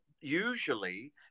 usually